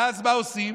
ואז מה עושים?